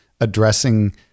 addressing